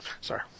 sorry